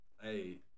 hey